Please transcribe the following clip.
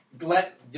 let